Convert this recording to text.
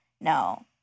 No